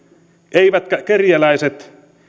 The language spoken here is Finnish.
eivätkä kerjäläiset